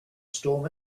storm